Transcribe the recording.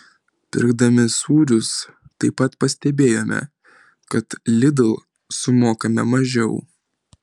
pirkdami sūrius taip pat pastebėjome kad lidl sumokame mažiau